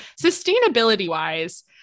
sustainability-wise